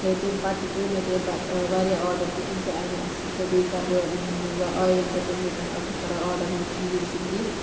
تہٕ تَمہِ پَتہٕ تہِ کٔرۍ مےٚ تَمہِ پَتہٕ واریاہ آرڈَر تہٕ تِم تہِ آیہِ مےٚ اصٕل تہٕ بیٚیہِ کَرٕ بہٕ یہِ وَ آینٛدٕ تَمی پٮ۪ٹھ آسہٕ بہٕ کران آرڈَر یِم چیٖز ویٖز